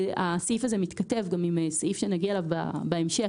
הסעיף הזה מתכתב גם עם סעיף שנגיע אליו בהמשך